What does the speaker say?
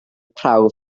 prawf